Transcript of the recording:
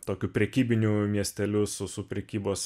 tokiu prekybiniu miesteliu su su prekybos